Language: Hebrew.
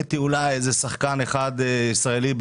ראיתי אולי איזה שחקן אחד ישראלי.